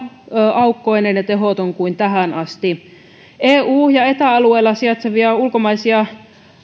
aukkoinen ja tehoton kuin tähän asti eu ja eta alueella sijaitsevia ulkomaisia